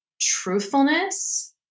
truthfulness